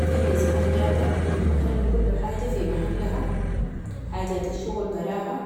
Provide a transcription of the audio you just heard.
فرز حاجاتك وخلي كل حاجه في محلها. حاجات الشغل براها